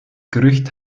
gerücht